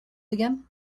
again